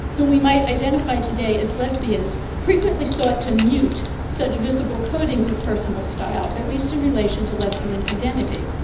who we might identify today as lesbians, frequently sought to mute such visible coatings of personal style at least in relation to lesbian identity,